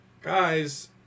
guys